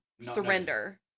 surrender